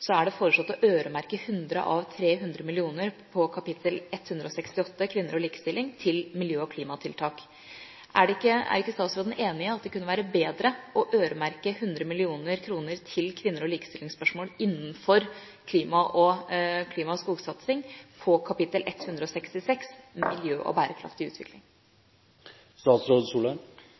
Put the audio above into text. det foreslått å øremerke 100 av 300 mill. kr til miljø- og klimatiltak. Er ikke statsråden enig i at det kunne være bedre å øremerke 100 mill. kr til kvinner og likestillingsspørsmål innenfor klima- og skogsatsing på kapittel 166, miljø og bærekraftig